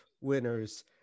winner's